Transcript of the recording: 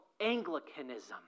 Anglicanism